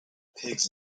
pigs